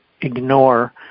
ignore